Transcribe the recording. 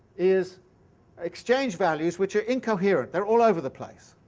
is exchange-values which are incoherent, they're all over the place.